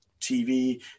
TV